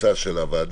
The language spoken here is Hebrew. המלצה של הוועדה,